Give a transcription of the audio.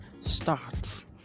start